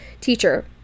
teacher